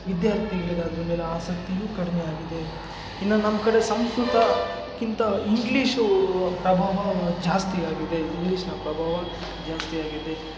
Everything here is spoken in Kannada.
ವಿದ್ಯಾರ್ಥಿಗಳಿಗ್ ಅದ್ರ ಮೇಲೆ ಆಸಕ್ತಿಯು ಕಡಿಮೆ ಆಗಿದೆ ಇನ್ನೂ ನಮ್ಮ ಕಡೆ ಸಂಸ್ಕೃತ ಕಿಂತ ಇಂಗ್ಲೀಷೂ ಪ್ರಭಾವ ಜಾಸ್ತಿ ಆಗಿದೆ ಇಂಗ್ಲೀಷಿನ ಪ್ರಭಾವ ಜಾಸ್ತಿ ಆಗಿದೆ